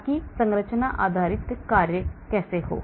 ताकि संरचना आधारित कार्य कैसे हो